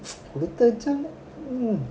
கொடுத்து வச்சவங்க ம்ம்:koduthu vachavanga mm